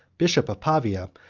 bishop of pavia,